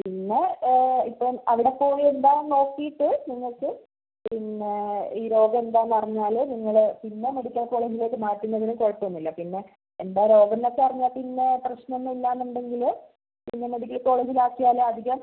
പിന്നെ ഇപ്പം അവിടെ പോയി എന്താണെന്ന് നോക്കിയിട്ട് നിങ്ങൾക്ക് പിന്നെ ഈ രോഗം എന്താണെന്ന് അറിഞ്ഞാൽ നിങ്ങൾ പിന്നെ മെഡിക്കൽ കോളേജിലേക്ക് മാറ്റുന്നതിന് കുഴപ്പമൊന്നുമില്ല പിന്നെ എന്താണ് രോഗം എന്നൊക്കെ അറിഞ്ഞാൽ പിന്നെ പ്രശ്നം ഒന്നുമില്ല എന്നുണ്ടെങ്കിൽ പിന്നെ മെഡിക്കൽ കോളേജിൽ ആക്കിയാൽ അധികം